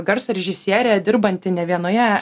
garso režisierė dirbanti ne vienoje